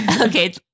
Okay